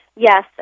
Yes